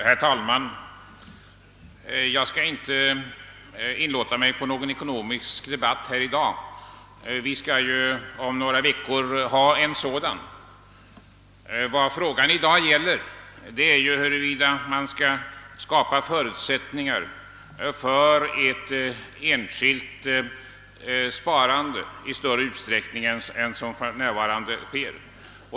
Herr talman! Jag skall inte inlåta mig på någon ekonomisk debatt i dag, eftersom vi om några veckor skall ha en sådan. Vad frågan nu gäller är huruvida man skall skapa förutsättningar för ett enskilt sparande i större utsträckning än som för närvarande sker.